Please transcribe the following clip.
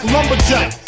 Lumberjack